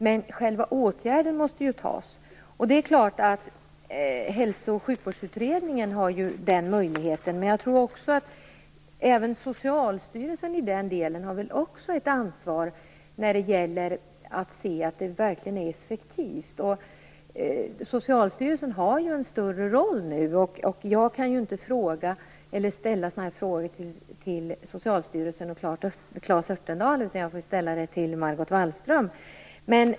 Men själva åtgärden måste ju vidtas. Hälso och sjukvårdsutredningen har förstås den möjligheten, men jag tror också att Socialstyrelsen har ett ansvar när det gäller att se till att det verkligen är effektivt. Socialstyrelsen har en större roll nu, och jag kan ju inte ställa sådana här frågor till Socialstyrelsen och Claes Örtendahl utan får ställa dem till Margot Wallström.